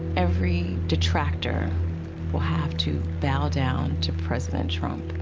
every detractor will have to bow down to president trump.